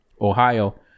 Ohio